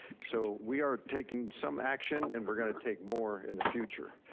so we are taking some action, and we're gonna take more in the future.